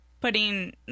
Putting